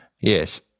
Yes